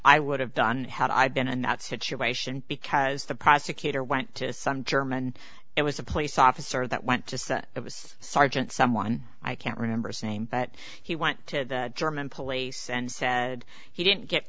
i would have done had i been in that situation because the prosecutor went to some german it was a police officer that went to say it was sergeant someone i can't remember same but he went to the german police and said he didn't get